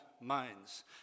minds